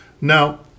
Now